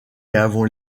avons